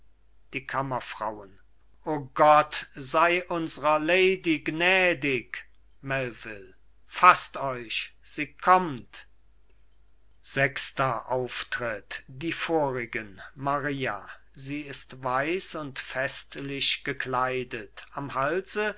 die kammerfrauen o gott sei unsrer lady gnädig melvil faßt euch sie kommt die vorigen maria sie ist weiß und festlich gekleidet am halse